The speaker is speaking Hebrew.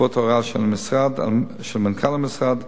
בעקבות הוראה של מנכ"ל המשרד,